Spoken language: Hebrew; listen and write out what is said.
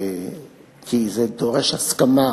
כי זה דורש הצעה